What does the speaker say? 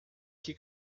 que